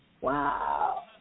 Wow